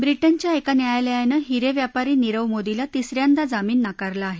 व्रिटनच्या एका न्यायालयानं हिरे व्यापारी नीरव मोदीला तिस यांदा जामीन नाकारला आहे